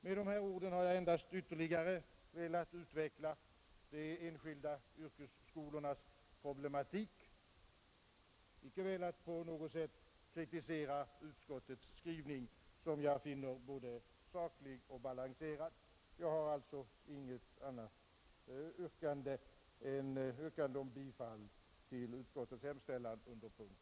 Med de här orden har jag endast ytterligare velat utveckla de enskilda yrkesskolornas problematik, icke velat på något sätt kritisera utskottets skrivning, som jag finner både saklig och balanserad. Jag har alltså inget annat yrkande än om bifall till utskottets hemställan under punkten 16.